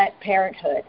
parenthood